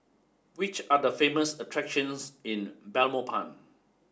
which are the famous attractions in Belmopan